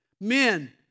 Men